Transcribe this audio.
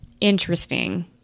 interesting